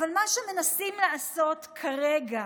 אבל מה שמנסים לעשות כרגע